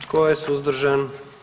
Tko je suzdržan?